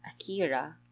Akira